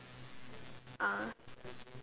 ah